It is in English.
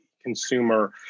consumer